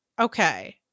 okay